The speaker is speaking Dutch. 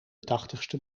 tachtigste